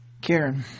Karen